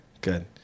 good